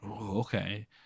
Okay